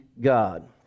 God